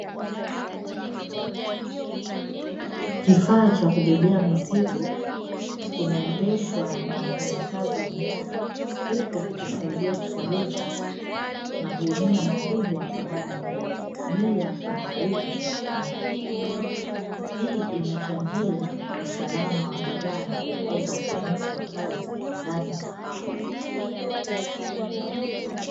Kifaa cha kubebea mizigo kinaendeshwa na mfanyakazi mmoja huku kukisaidia kusogeza magunia makubwa ndani ya jengo bila kuwaharibu bidhaa nyingine, hii inachangia usalama wa bidhaa na kuongeza ufanisi wa kazi ndani ya kale.